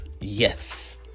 Yes